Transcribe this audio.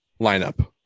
lineup